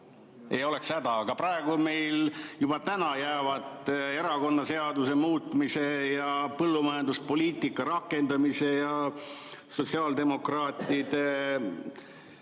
Aga praegu meil juba täna jääb erakonnaseaduse muutmise ja põllumajanduspoliitika rakendamise ja sotsiaaldemokraatide